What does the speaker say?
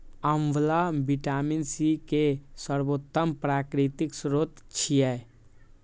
आंवला vitamin C के सर्वोत्तम प्राकृतिक स्रोत छियै